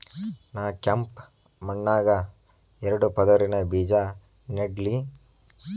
ನಾ ಕೆಂಪ್ ಮಣ್ಣಾಗ ಎರಡು ಪದರಿನ ಬೇಜಾ ನೆಡ್ಲಿ?